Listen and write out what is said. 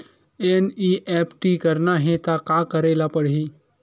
NEFT करना हे त का करे ल पड़हि?